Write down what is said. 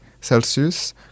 Celsius